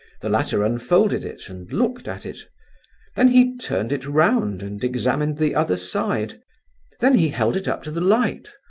the latter unfolded it and looked at it then and he turned it round and examined the other side then he held it up to the light.